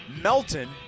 Melton